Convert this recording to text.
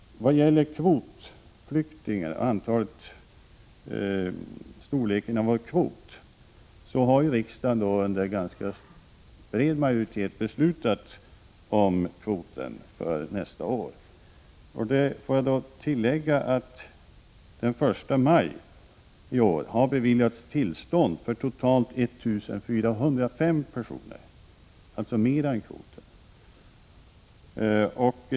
Vad gäller storleken på vår flyktingkvot har riksdagen med bred majoritet beslutat om kvoten för nästa år. Fram till den 1 maj i år har uppehållstillstånd beviljats för totalt 1 405 personer, dvs. mer än kvoten.